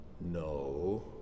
no